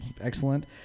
Excellent